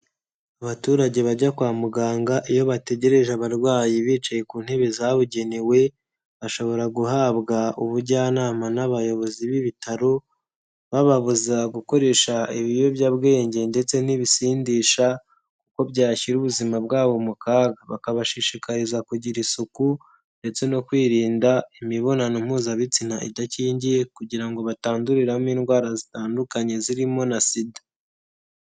Abaturage bajya kwa muganga iyo bategereje abarwayi bicaye ku ntebe zabugenewe bashobora guhabwa ubujyanama n'abayobozi b'ibitaro, bababuza gukoresha ibiyobyabwenge ndetse n'ibisindisha kuko byashyira ubuzima bwabo mu kaga. Bakabashishikariza kugira isuku ndetse no kwirinda imibonano mpuzabitsina idakingiye kugira ngo batanduriramo indwara zitandukanye zirimo na SIDA.